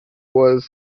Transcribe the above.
was